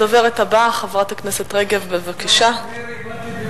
הדוברת הבאה, חברת הכנסת מירי רגב,